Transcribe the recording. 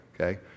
okay